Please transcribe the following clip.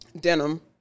Denim